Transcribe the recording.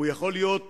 יכול להיות